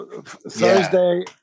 Thursday